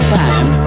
time